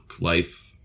life